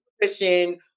Christian